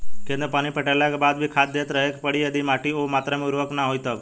खेत मे पानी पटैला के बाद भी खाद देते रहे के पड़ी यदि माटी ओ मात्रा मे उर्वरक ना होई तब?